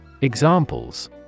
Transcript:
Examples